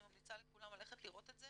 אני ממליצה לכולם ללכת לראות את זה